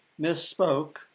misspoke